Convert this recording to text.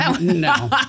No